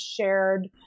shared